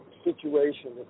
situation